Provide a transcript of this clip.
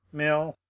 mill,